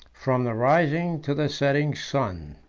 from the rising to the setting sun.